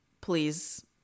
please